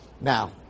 Now